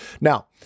Now